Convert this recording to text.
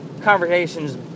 conversations